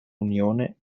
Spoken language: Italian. unione